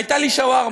הייתה לי שווארמה.